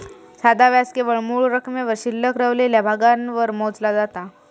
साधा व्याज केवळ मूळ रकमेवर शिल्लक रवलेल्या भागावर मोजला जाता